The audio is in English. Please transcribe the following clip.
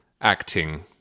acting